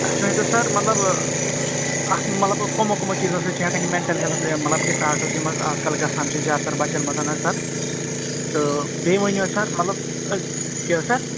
اَسہِ ؤنۍتو سَر مطلب اَتھ مطلب کُمو کُمو چیٖزو سۭتۍ چھِ ہٮ۪کَن یہِ مٮ۪نٛٹَل ہٮ۪لٕتھ مطلب ڈِس آڈرٕز یِم حظ آز کَل گَژھن چھِ زیاد تَر بَچَن منٛز حظ سَر تہٕ بیٚیہِ ؤنِو حظ سَر مطلب کیٛاہ حظ سَر